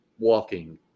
Walking